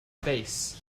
face